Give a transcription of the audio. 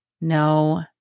no